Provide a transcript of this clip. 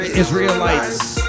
Israelites